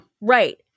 Right